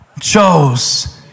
chose